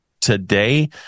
today